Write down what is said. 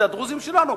אלה הדרוזים שלנו.